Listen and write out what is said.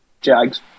Jags